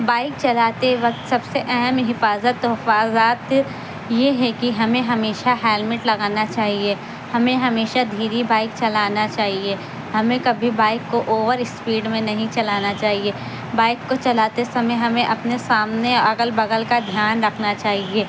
bike چلاتے وقت سب سے اہم حفاظت حفاظات یہ ہے کہ ہمیں ہمیشہ ہیلمٹ لگانا چاہیے ہمیں ہمیشہ دھیرے بائک چلانا چاہیے ہمیں کبھی بائک کو اوور اسپیڈ میں نہیں چلانا چاہیے بائک کو چلاتے سمئے ہمیں اپنے سامنے اگل بغل کا دھیان رکھنا چاہیے